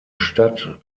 statt